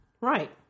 Right